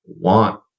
want